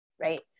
Right